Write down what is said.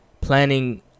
planning